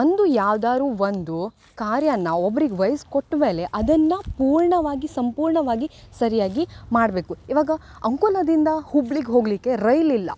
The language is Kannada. ಒಂದು ಯಾವ್ದಾದ್ರೂ ಒಂದು ಕಾರ್ಯನ ಒಬ್ರಿಗೆ ವಹಿಸ್ಕೊಟ್ ಮೇಲೆ ಅದನ್ನು ಪೂರ್ಣವಾಗಿ ಸಂಪೂರ್ಣವಾಗಿ ಸರಿಯಾಗಿ ಮಾಡಬೇಕು ಇವಾಗ ಅಂಕೋಲದಿಂದ ಹುಬ್ಳಿಗೆ ಹೋಗಲಿಕ್ಕೆ ರೈಲ್ ಇಲ್ಲ